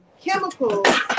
chemicals